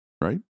right